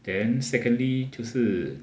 then secondly 就是